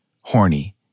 horny